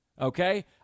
Okay